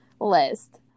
list